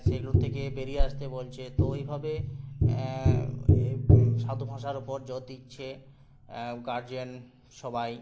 সেগুলোর থেকে বেরিয়ে আসতে বলছে তো এইভাবে এই সাধু ভাষার ওপর যতো ইচ্ছে গার্জিয়ান সবাই